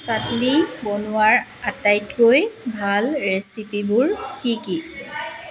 চাটনী বনোৱাৰ আটাইতকৈ ভাল ৰেচিপিবোৰ কি কি